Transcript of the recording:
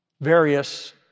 various